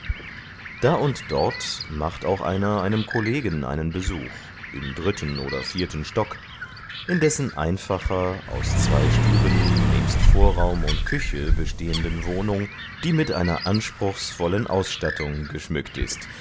da und dort macht auch einer einem kollegen einen besuch im dritten oder vierten stock in dessen einfacher aus zwei stuben nebst vorraum und küche bestehenden wohnung die mit einer anspruchsvollen ausstattung geschmückt ist